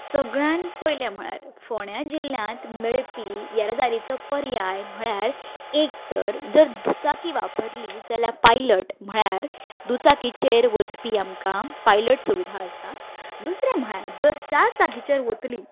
सगल्यान पयलें म्हळ्यार फोण्या जिल्ल्यांत मेळपी येरादारीचो पर्याय म्हळ्यार एक तर जर दुचाकी वापरली जाल्यार पायलट म्हळ्यार दुचाकीचेर वचपी आमकां पायलट सुविधा आसा दुसरें म्हळ्यार जर चारचाकीचेर वतली